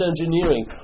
engineering